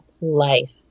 life